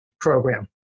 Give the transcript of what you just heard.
program